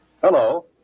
Hello